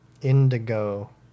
Indigo